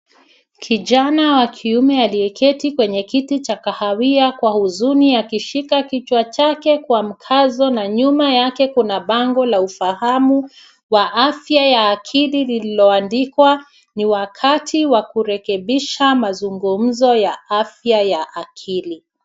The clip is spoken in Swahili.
Kijana wa kiume aliyeketi kwenye kiti cha kahawia kwa huzuni akishika kichwa chake kwa mkazo na nyuma yake kuna bango la ufahamu wa afya ya akili lililoandikwa ni wakati wa kurekebisha mazungumzo ya afya ya akili.